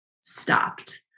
stopped